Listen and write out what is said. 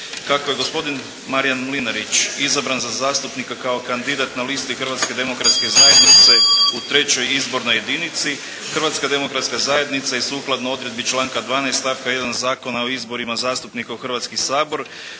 Kako je gospodin Marijan Mlinarić izabran za zastupnika kao kandidat na listi Hrvatske demokratske zajednice u trećoj izbornoj jedinici, Hrvatska demokratska zajednica je sukladno odredbi članka 12. stavka 1. Zakona o izborima zastupnika u Hrvatski sabor